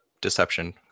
deception